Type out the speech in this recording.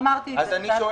לא אמרתי את זה.